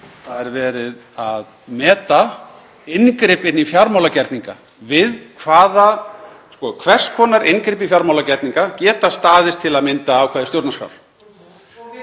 það er verið að meta inngrip inn í fjármálagerninga, hvers konar inngrip í fjármálagerninga geta staðist til að mynda ákvæði stjórnarskrár.